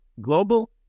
global